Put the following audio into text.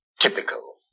typical